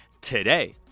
today